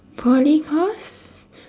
poly course